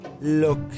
Look